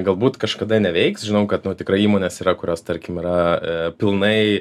galbūt kažkada neveiks žinau kad nu tikrai įmonės yra kurios tarkim yra pilnai